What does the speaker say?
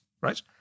right